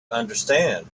understand